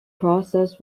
process